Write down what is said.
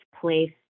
place